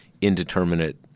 indeterminate